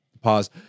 pause